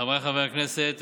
חבריי חברי הכנסת,